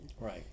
Right